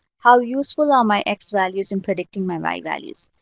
how useful are my x-values in predicting my my y-values?